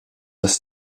das